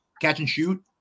catch-and-shoot